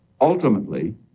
Ultimately